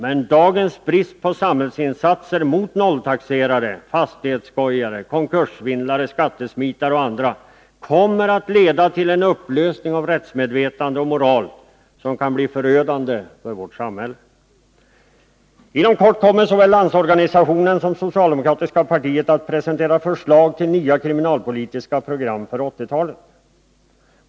Men dagens brist på samhällsinsatser mot nolltaxerare, fastighetsskojare, konkurssvindlare, skattesmitare och andra kommer att leda till en upplösning av rättsmedvetande och moral, som kan bli förödande för vårt samhälle. Inom kort kommer såväl Landsorganisationen som socialdemokratiska partiet att presentera förslag till nya kriminalpolitiska program för 1980 talet.